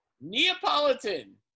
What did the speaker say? Neapolitan